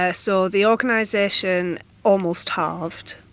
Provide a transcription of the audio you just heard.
ah so, the organisation almost halved,